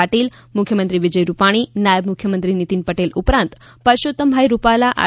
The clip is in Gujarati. પાટીલ મુખ્યમંત્રી વિજય રૂપાણી નાયબ મુખ્યમંત્રી નીતિન પટેલ ઉપરાંત પરશોત્તમભાઈ રૂપાલા આર